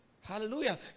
Hallelujah